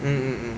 mm mm mm